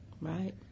Right